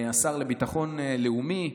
השר לביטחון לאומי,